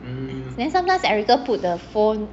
then sometimes erica put the phone